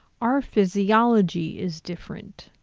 our physiology is different.